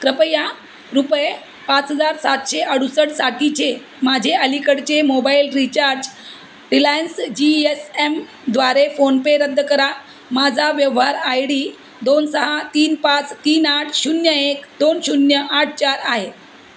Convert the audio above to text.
कृपया रुपये पाच हजार सातशे अडुसष्टसाठीचे माझे अलीकडचे mobile recharge Reliance G S एमद्वारे फोनपे रद्द करा माझा व्यवहार आय डी दोन सहा तीन पाच तीन आठ शून्य एक दोन शून्य आठ चार आहे